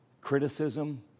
criticism